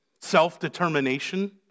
Self-determination